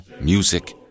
music